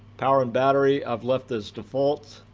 power and battery i've left this default.